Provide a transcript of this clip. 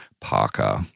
Parker